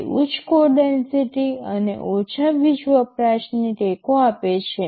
તે ઉચ્ચ code density અને ઓછા વીજ વપરાશને ટેકો આપે છે